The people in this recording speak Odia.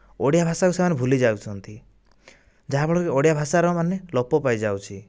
ଓଡ଼ିଆ ଭାଷାକୁ ସେମାନେ ଭୁଲି ଯାଉଛନ୍ତି ଯାହା ଫଳରେ ଓଡ଼ିଆ ଭାଷାର ମାନେ ଲୋପ ପାଇଯାଉଛି